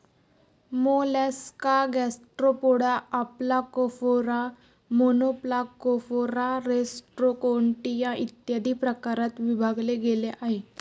Mollusca Gastropoda, Aplacophora, Monoplacophora, Rostroconchia, इत्यादी प्रकारात विभागले गेले आहे